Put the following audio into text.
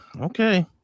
Okay